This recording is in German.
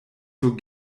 zur